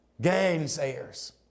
gainsayers